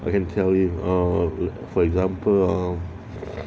I can tell you err for example ah